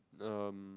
um